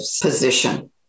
position